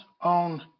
on